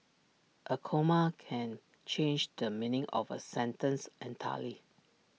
A comma can change the meaning of A sentence entirely